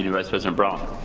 and vice president brown.